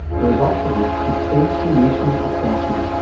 the results of which could save the nation a fortune.